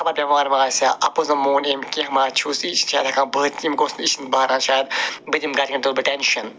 خبر بٮ۪مار مَہ آسہِ ہا اَپُز مَہ ووٚن أمۍ کیٚنٛہہ مَہ چھُس یہِ چھِنہٕ ہٮ۪کان بٲیِتھ أمۍ گوٚژھ یہِ چھِنہٕ بحران شایَد بہٕ دِمہٕ گَرِکٮ۪ن تُلہٕ بہٕ ٹٮ۪نشَن